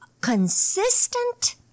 consistent